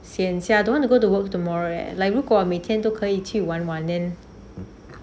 sian sia I don't want to go to work tomorrow leh like 如果每天都可以去玩玩 then